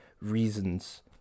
reasons